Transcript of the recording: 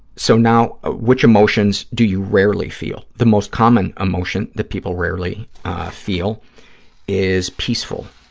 so now, ah which emotions do you rarely feel? the most common emotion that people rarely feel is peaceful.